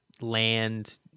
land